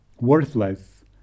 worthless